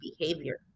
behavior